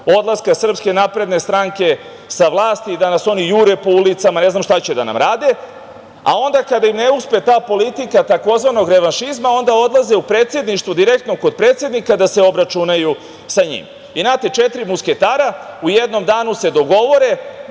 odlaska SNS sa vlasti da nas oni jure po ulicama, ne znam šta će da nam rade. Onda, kada im ne uspe ta politika tzv. revanšizma onda odlaze u predsedništvo direktno kod predsednika da se obračunaju sa njim. Znate, četiri musketara, u jednom danu se dogovore